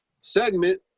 segment